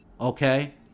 okay